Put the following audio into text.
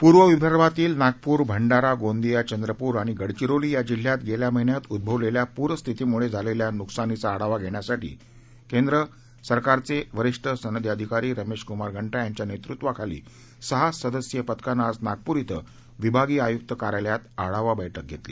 पूर्व विदर्भातील नागपूर भंडारा गोंदीया चंद्रपूर आणि गडचिरोली या जिल्ह्यात गेल्या महिन्यात उद्भवलेल्या पूरस्थितीमुळे झालेल्या नुकसानीचा आढावा घेण्यासाठी केंद्र सरकारे वरीष्ठ संनदी अधिकारी रमेश कुमार गंटा यांच्या नेतृत्वातील सहा सदस्यीय पथकानं आज नागपुर इथं विभागीय आयुक्त कार्यालयात आढावा बैठक घेतली